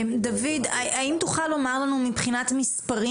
דוד האם תוכל לומר לנו מבחינת מספרים